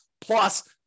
plus